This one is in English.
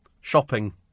shopping